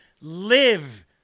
Live